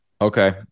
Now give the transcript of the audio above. Okay